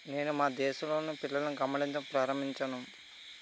నేను మా దేశంలోని పిల్లలను గమనించడం ప్రారంభించాను